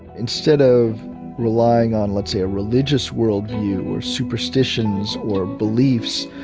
instead of relying on, let's say, a religious world view, or superstitions, or beliefs,